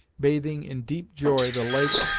bathing in deep joy the lake,